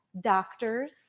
doctors